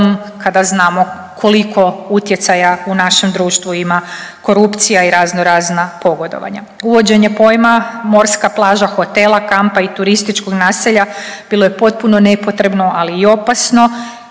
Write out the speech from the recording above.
Uvođenje pojma morska plaža hotela, kampa i turističkog naselja bilo je potpuno nepotrebno, ali i opasno,